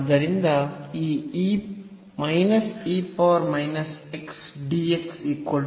ಆದ್ದರಿಂದ ಈ e dx dt